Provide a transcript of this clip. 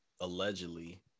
allegedly